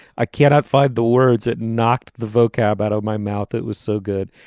i cannot find the words that knocked the vocab out of my mouth it was so good.